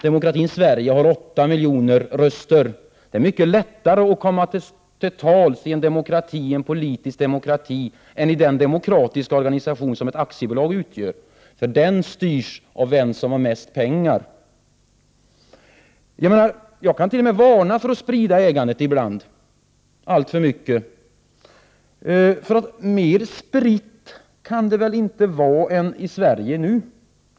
Demokratin Sverige har 8 miljoner röster. Det är mycket lättare att komma till tals i en politisk demokrati än i den demokratiska organisation som ett aktiebolag utgör, för den styrs av den som har mest pengar. Jag kan ibland t.o.m. varna för att sprida ägandet alltför mycket. Mer spritt kan det väl inte vara än i Sverige?